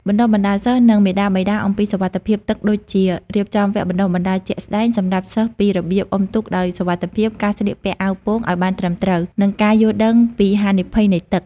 បណ្តុះបណ្តាលសិស្ស និងមាតាបិតាអំពីសុវត្ថិភាពទឹកដូចជា រៀបចំវគ្គបណ្តុះបណ្តាលជាក់ស្តែងសម្រាប់សិស្សពីរបៀបអុំទូកដោយសុវត្ថិភាព ការស្លៀកពាក់អាវពោងឱ្យបានត្រឹមត្រូវ និងការយល់ដឹងពីហានិភ័យនៃទឹក។